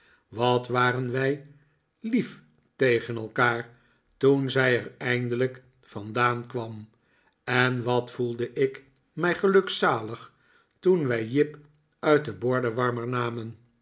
wat waren wij lief tegen elkaar toen zij er eindelijk vandaan kwam en wat voelde ik mij gelukzalig toen wij jip uit den bordenwarmer namen